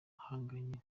ahanganye